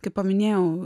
kai paminėjau